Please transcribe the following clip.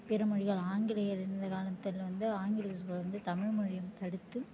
பிற மொழிகள் ஆங்கிலேயர் இருந்த காலத்தில் வந்து ஆங்கில வந்து தமிழ் மொழியை தடுத்து